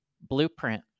blueprint